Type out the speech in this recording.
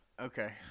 Okay